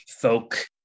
folk